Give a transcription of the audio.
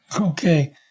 Okay